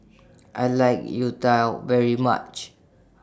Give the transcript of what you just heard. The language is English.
I like Youtiao very much